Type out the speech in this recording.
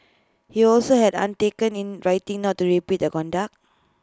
he also had undertake in writing not to repeat the conduct